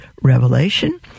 revelation